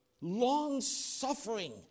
Long-suffering